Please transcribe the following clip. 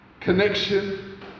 connection